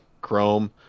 Chrome